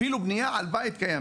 אפילו בנייה על בית קיים,